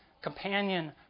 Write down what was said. companion